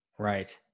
Right